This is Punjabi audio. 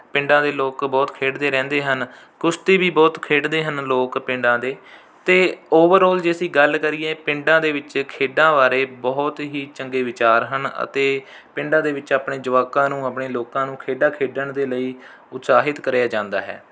ਪਿੰਡਾਂ ਦੇ ਲੋਕ ਬਹੁਤ ਖੇਡਦੇ ਰਹਿੰਦੇ ਹਨ ਕੁਸ਼ਤੀ ਵੀ ਬਹੁਤ ਖੇਡਦੇ ਹਨ ਲੋਕ ਪਿੰਡਾਂ ਦੇ ਅਤੇ ਓਵਰਆਲ ਜੇ ਅਸੀਂ ਗੱਲ ਕਰੀਏ ਪਿੰਡਾਂ ਦੇ ਵਿੱਚ ਖੇਡਾਂ ਬਾਰੇ ਬਹੁਤ ਹੀ ਚੰਗੇ ਵਿਚਾਰ ਹਨ ਅਤੇ ਪਿੰਡਾਂ ਦੇ ਵਿੱਚ ਆਪਣੇ ਜਵਾਕਾਂ ਨੂੰ ਆਪਣੇ ਲੋਕਾਂ ਨੂੰ ਖੇਡਾਂ ਖੇਡਣ ਦੇ ਲਈ ਉਤਸ਼ਾਹਿਤ ਕਰਿਆ ਜਾਂਦਾ ਹੈ